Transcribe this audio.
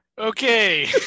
Okay